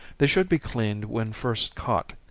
they should be cleaned when first caught,